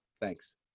Thanks